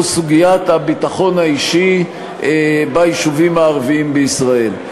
סוגיית הביטחון האישי ביישובים הערביים בישראל.